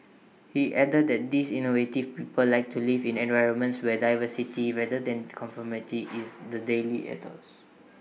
he added that these innovative people like to live in environments where diversity rather than conformity is the daily ethos